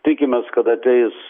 tikimės kad ateis